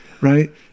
right